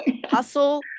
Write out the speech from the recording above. hustle